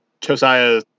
Josiah